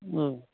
ꯎꯝ